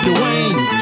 Dwayne